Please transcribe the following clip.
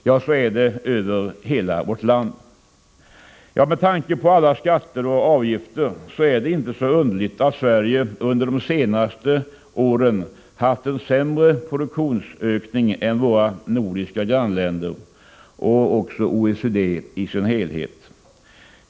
Så är det över hela vårt land. Med tanke på alla skatter och avgifter är det inte så underligt att Sverige under de senaste åren haft en sämre produktionsökning än våra nordiska grannländer och OECD i dess helhet.